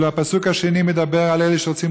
ואילו הפסוק השני מדבר על אלה שרוצים